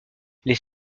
les